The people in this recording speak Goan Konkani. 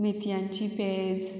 मेतयांची पेज